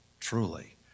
Truly